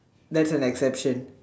that's an exception